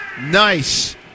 Nice